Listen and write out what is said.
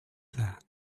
that